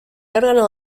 órgano